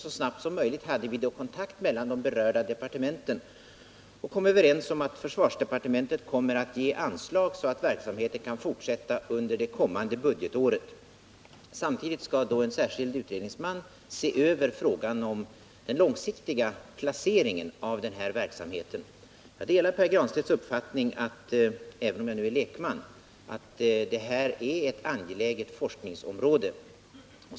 Så snart som möjligt tog vi kontakter mellan de berörda departementen och komsöverens om att försvarsdepartementet skall ge anslag så att verksamheten kan fortsätta under det kommande budgetåret. Samtidigt skall en särskild utredningsman se över frågan om den långsiktiga lokaliseringen av den här verksamheten. Även om jag är lekman på detta område delar jag Pär Granstedts uppfattning att detta är en angelägen forskningsuppgift.